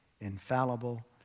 infallible